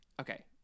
Okay